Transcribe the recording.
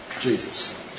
Jesus